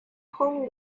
home